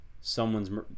Someone's